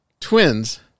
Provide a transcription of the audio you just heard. Twins